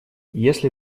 если